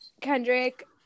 Kendrick